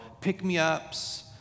pick-me-ups